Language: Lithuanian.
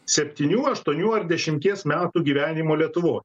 septynių aštuonių ar dešimties metų gyvenimo lietuvoj